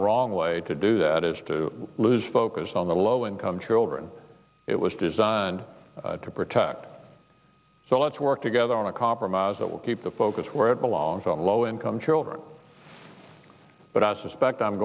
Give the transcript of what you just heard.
wrong way to do that is to lose focus on the low income children it was designed to protect so let's work together on a compromise that will keep the focus where it belongs on low income children but i suspect i'm